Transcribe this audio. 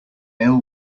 ill